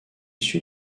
suit